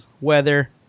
weather